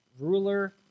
ruler